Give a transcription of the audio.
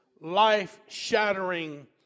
life-shattering